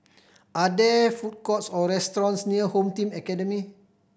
are there food courts or restaurants near Home Team Academy